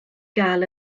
gael